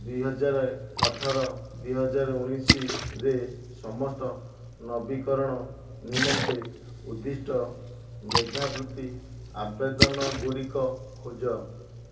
ଦୁଇ ହଜାର ଅଠର ଦୁଇ ହଜାର ଉଣେଇଶହରେ ସମସ୍ତ ନବୀକରଣ ନିମନ୍ତେ ଉଦ୍ଦିଷ୍ଟ ମେଧାବୃତ୍ତି ଆବେଦନ ଗୁଡ଼ିକ ଖୋଜ